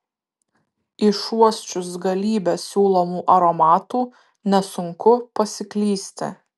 išuosčius galybę siūlomų aromatų nesunku pasiklysti